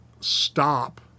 stop